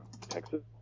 Texas